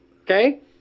Okay